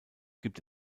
gibt